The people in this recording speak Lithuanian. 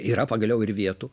yra pagaliau ir vietų